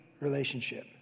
relationship